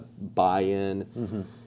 buy-in